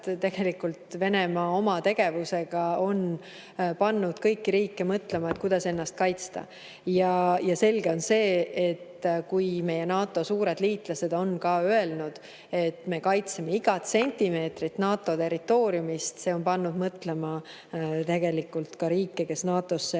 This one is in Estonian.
seda, et Venemaa oma tegevusega on pannud kõiki riike mõtlema, kuidas ennast kaitsta. Selge on see, et kui meie NATO suured liitlased on ka öelnud, et me kaitseme igat sentimeetrit NATO territooriumist, on pannud mõtlema ka riike, kes NATO-sse